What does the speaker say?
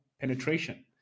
penetration